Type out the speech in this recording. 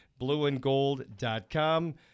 blueandgold.com